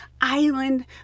Island